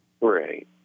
Right